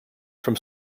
from